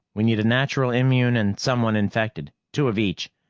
we need a natural immune and someone infected. two of each,